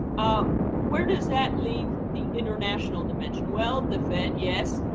ah where does that leave the international dimension? well, the fed, yes,